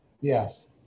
Yes